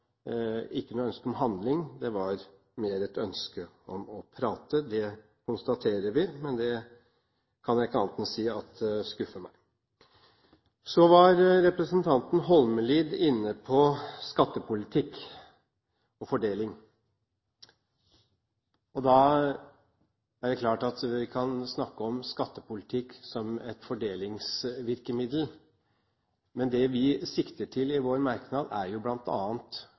ikke noe ønske om handling, det var mer et ønske om å prate. Det konstaterer vi, men jeg kan ikke si annet enn at det skuffer meg. Så var representanten Holmelid inne på skattepolitikk og fordeling. Det er klart at vi kan snakke om skattepolitikk som et fordelingsvirkemiddel, men det vi sikter til i vår merknad, er jo